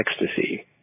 Ecstasy